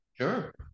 sure